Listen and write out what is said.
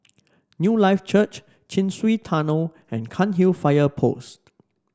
Newlife Church Chin Swee Tunnel and Cairnhill Fire Post